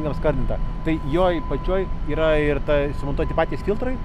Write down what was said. apskardintą tai joj pačioj yra ir ta sumontuoti patys filtrai